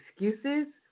excuses